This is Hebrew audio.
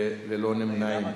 וללא נמנעים.